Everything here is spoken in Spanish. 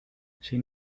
sin